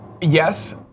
Yes